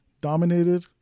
Dominated